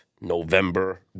November